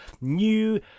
new